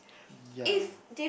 ya